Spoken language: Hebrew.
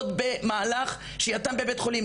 עוד במהלך שהייתם בבית חולים,